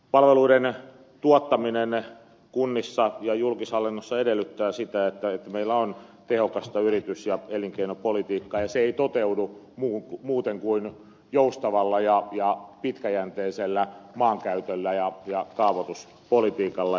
palveluiden tuottaminen kunnissa ja julkishallinnossa edellyttää sitä että meillä on tehokasta yritys ja elinkeinopolitiikkaa ja se ei toteudu muuten kuin joustavalla ja pitkäjänteisellä maankäytöllä ja kaavoituspolitiikalla